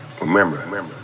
Remember